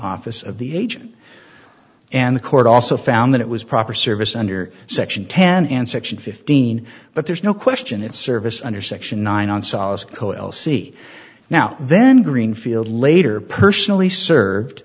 office of the agent and the court also found that it was proper service under section ten and section fifteen but there's no question it's service under section nine on solace co l see now then greenfield later personally served